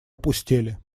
опустели